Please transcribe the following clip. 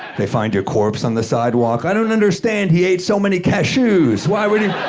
they find your corpse on the sidewalk. i don't understand. he ate so many cashews. why would he.